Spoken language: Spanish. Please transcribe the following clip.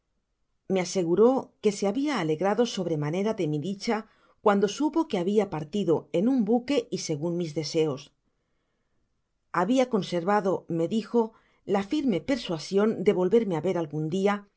me aseguro que se habia alegrado sobremanera de mi dicha cuando supo que habia partido en un buen buque y segun mis deseos habia coaservado me dijo la firme persuasion de volverme á ver algun dia